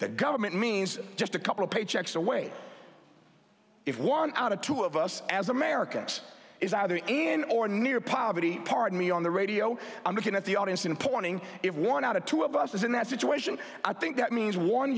that government means just a couple of paychecks away if one out of two of us as americans is either in or near poverty pardon me on the radio i'm looking at the audience and pointing if one out of two of us is in that situation i think that means one